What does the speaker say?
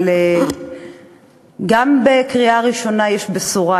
אבל גם בקריאה ראשונה יש בשורה.